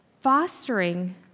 fostering